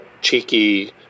cheeky